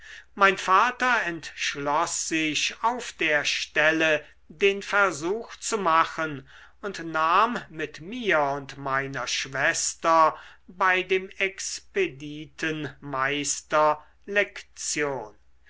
mein vater entschloß sich auf der stelle den versuch zu machen und nahm mit mir und meiner schwester bei dem expediten